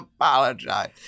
apologize